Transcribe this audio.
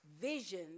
Vision